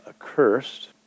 accursed